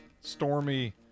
stormy